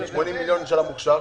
80 מיליון של המוכש"ר,